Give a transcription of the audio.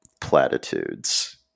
platitudes